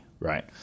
Right